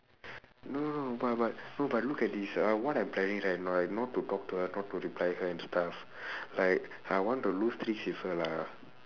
no no no but but no but look at this ah like what I'm planning right not to talk to her not to reply her and stuff like I want to lose with her lah